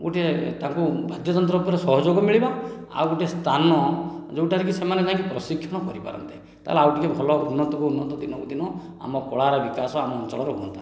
ଗୋଟେ ତାଙ୍କୁ ବାଦ୍ୟଯନ୍ତ୍ର ଉପରେ ସହଯୋଗ ମିଳିବ ଆଉ ଗୋଟେ ସ୍ଥାନ ଯେଉଁଟା ରେ କି ସେମାନେ ଯାଇଁକି ପ୍ରଶିକ୍ଷଣ କରିପାରନ୍ତେ ତା ହେଲେ ଆଉ ଟିକେ ଭଲ ଉନ୍ନତ ରୁ ଉନ୍ନତ ଦିନକୁ ଦିନ ଆମ କଳାର ବିକାଶ ଆମ ଅଞ୍ଚଳର ହୁଅନ୍ତା